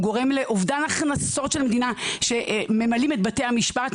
הוא גורם לאובדן הכנסות של המדינה שממלאים את בתי המשפט,